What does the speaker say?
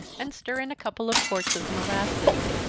and stir in a couple of quarts of molasses.